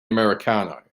americano